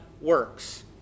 works